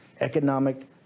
economic